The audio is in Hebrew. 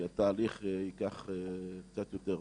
כי התהליך ייקח קצת יותר זמן.